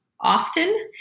often